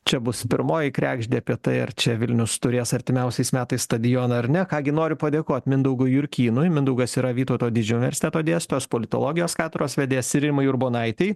čia bus pirmoji kregždė apie tai ar čia vilnius turės artimiausiais metais stadioną ar ne ką gi noriu padėkot mindaugui jurkynui mindaugas yra vytauto didžiojo universiteto dėstytojas politologijos katedros vedėjasir rimai urbonaitei